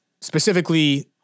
specifically